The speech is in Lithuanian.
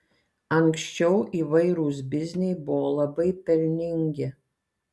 anksčiau įvairūs bizniai buvo labai pelningi